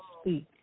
speak